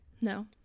No